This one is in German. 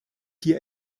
hier